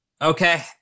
Okay